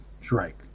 Drake